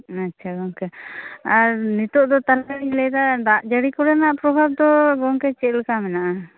ᱟᱪᱪᱷᱟ ᱜᱚᱝᱠᱮ ᱟᱨ ᱱᱤᱛᱳᱸᱜ ᱫᱚ ᱛᱟᱦᱚᱞᱮ ᱞᱤᱝ ᱞᱟ ᱭᱮᱫᱟ ᱫᱟᱜ ᱡᱟ ᱲᱤ ᱠᱚᱨᱮᱱᱟᱜ ᱯᱨᱚᱵᱷᱟᱵ ᱫᱚ ᱜᱚᱝᱠᱮ ᱪᱮᱫ ᱞᱮᱠᱟ ᱢᱮᱱᱟᱜᱼᱟ